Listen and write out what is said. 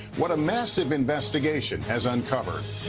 what a massive investigation has uncovered.